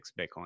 Bitcoin